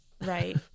right